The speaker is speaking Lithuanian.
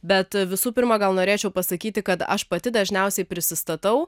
bet visų pirma gal norėčiau pasakyti kad aš pati dažniausiai prisistatau